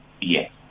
Yes